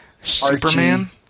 Superman